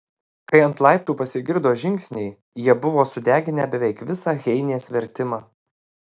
kai ant laiptų pasigirdo žingsniai jie buvo sudeginę beveik visą heinės vertimą